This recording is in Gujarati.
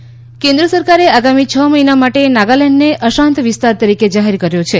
નાગાલેન્ડ કેન્દ્ર સરકારે આગામી છ મહિના માટે નાગાલેન્ડને અશાંત વિસ્તાર તરીકે જાહેર કર્યો છે